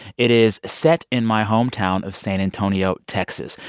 it is set in my hometown of san antonio, texas.